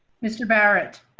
mr barrett.